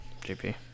JP